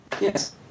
Yes